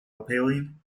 appealing